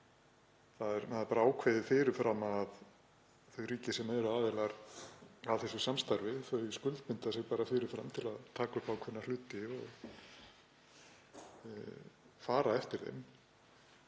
Það er bara ákveðið fyrir fram, ríkin sem eru aðilar að þessu samstarfi skuldbinda sig fyrir fram til að taka upp ákveðna hluti og fara eftir þeim.